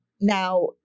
Now